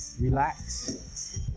relax